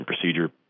procedure